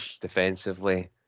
defensively